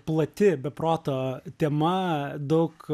plati be proto tema daug